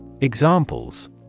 Examples